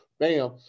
Bam